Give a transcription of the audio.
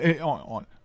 on